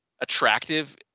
attractive